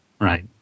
Right